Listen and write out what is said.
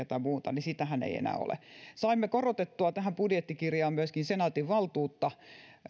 tai muuta ei enää ole saimme korotettua tähän budjettikirjaan myöskin senaatin valtuutta